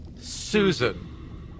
Susan